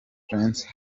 prince